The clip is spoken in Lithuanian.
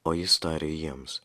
o jis tarė jiems